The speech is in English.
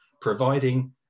providing